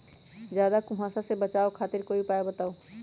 ज्यादा कुहासा से बचाव खातिर कोई उपाय बताऊ?